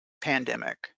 pandemic